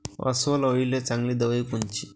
अस्वल अळीले चांगली दवाई कोनची?